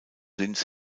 linz